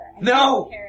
No